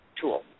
tool